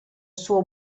suo